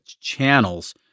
channels